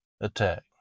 attack